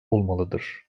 olmalıdır